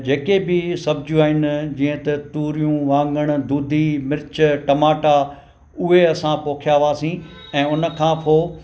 जेके बि सब्जियूं आहिनि जीअं त तूरियूं वाङण धूधी मिर्च टमाटा उहे असां पोखिया हुआसीं ऐं उन खां पोइ